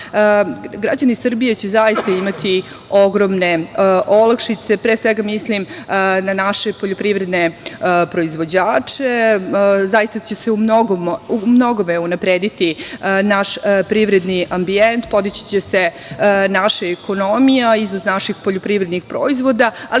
građani Srbije će zaista imati ogromne olakšice, a pre svega mislim na naše poljoprivredne proizvođače, zaista će se u mnogome unaprediti naš privredni ambijent, podići će se naša ekonomija, izvoz naših poljoprivrednih proizvoda, ali i svih onih